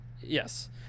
Yes